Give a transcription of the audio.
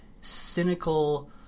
cynical